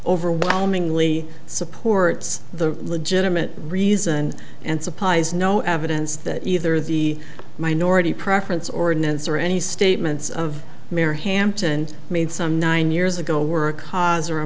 overwhelmingly supports the legitimate reason and supplies no evidence that either the minority preference ordinance or any statements of mayor hampton made some nine years ago were a cause or a